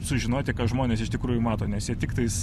sužinoti ką žmonės iš tikrųjų mato nes jie tiktais